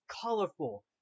colorful